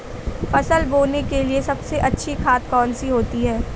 फसल बोने के लिए सबसे अच्छी खाद कौन सी होती है?